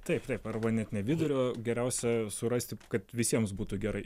taip taip arba net ne vidurį o geriausia surasti kad visiems būtų gerai